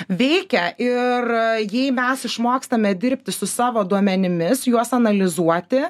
veikia ir jį mes išmokstame dirbti su savo duomenimis juos analizuoti